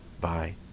Bye